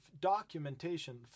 documentation